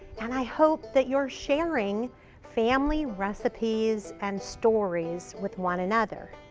and i hope that you're sharing family recipes and stories with one another.